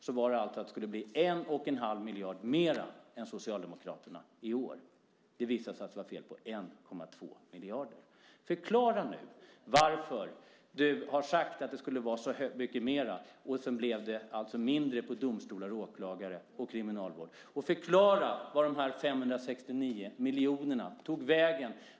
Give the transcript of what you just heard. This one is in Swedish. Det skulle alltså bli 1 1⁄2 miljard mer än Socialdemokraternas förslag i år. Det visade sig alltså vara fel på 1,2 miljarder. Förklara nu varför du har sagt att det skulle vara så mycket mera men det alltså blev mindre till domstolar, åklagare och kriminalvård! Och förklara vart de 569 miljonerna tog vägen!